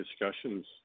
discussions